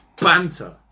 Banter